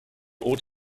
ought